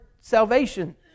salvation